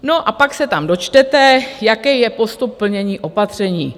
No a pak se tam dočtete, jaký je postup plnění opatření.